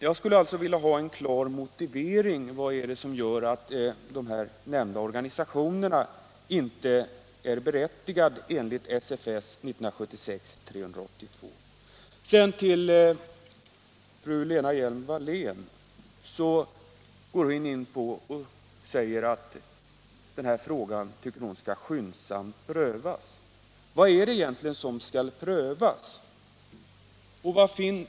Jag skulle alltså vilja ha en klar motivering för att elevorganisationerna inte anses berättigade till bidrag enligt SFS 1976:382. Lena Hjelm-Wallén säger att denna fråga skyndsamt skall prövas. Vad är det egentligen som skall prövas?